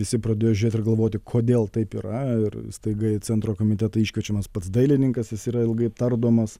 visi pradėjo žiūrėt ir galvoti kodėl taip yra ir staiga į centro komitetą iškviečiamas pats dailininkas jis yra ilgai tardomas